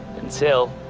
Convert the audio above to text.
until,